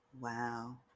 Wow